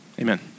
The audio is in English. Amen